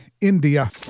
India